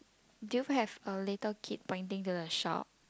do you have a little kid pointing to the shop